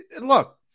look